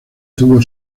tuvo